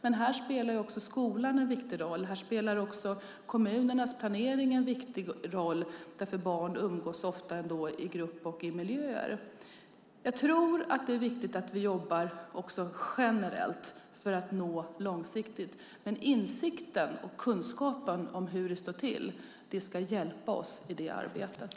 Men här spelar också skolan och kommunernas planering en viktig roll eftersom barn ofta umgås i grupp och i olika miljöer. Jag tror att det är viktigt att vi också jobbar generellt för att nå långt. Insikten och kunskapen om hur det står till ska hjälpa oss i det arbetet.